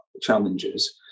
challenges